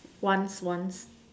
once once